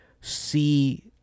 see